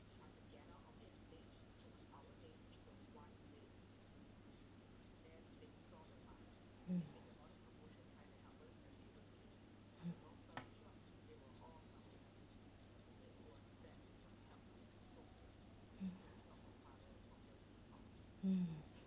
mm